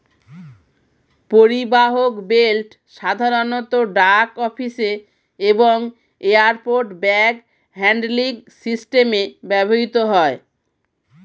পরিবাহক বেল্ট সাধারণত ডাক অফিসে এবং এয়ারপোর্ট ব্যাগ হ্যান্ডলিং সিস্টেমে ব্যবহৃত হয়